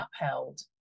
upheld